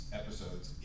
episodes